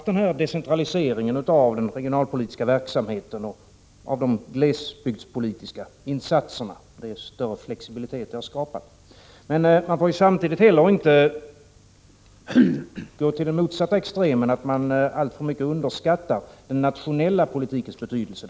Decentraliseringen av den regionalpolitiska verksamheten och av de glesbygdspolitiska insatserna har också varit viktig och skapat större flexibilitet. Man får samtidigt inte heller gå till den motsatta extremen, att man alltför mycket underskattar den nationella politikens betydelse.